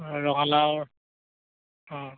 ৰঙালাওৰ অঁ